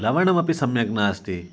लवणमपि सम्यग् नास्ति